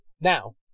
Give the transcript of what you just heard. Now